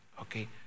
Okay